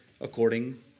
according